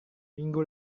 minggu